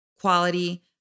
quality